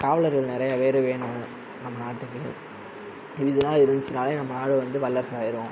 காவலர்கள் நிறையாப்பேரு வேணும் நம்ம நாட்டுக்கு இதுயெல்லாம் இருந்துச்சினாலே நம்ம நாடு வந்து வல்லரசு ஆயிரும்